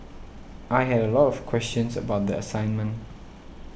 I had a lot of questions about the assignment